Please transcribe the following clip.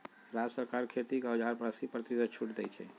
राज्य सरकार खेती के औजार पर अस्सी परतिशत छुट देई छई